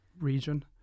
region